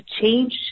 change